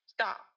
Stop